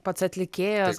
pats atlikėjas